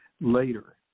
later